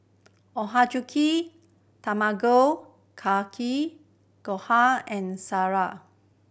Ochazuke Tamago Kake Gohan and